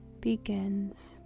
begins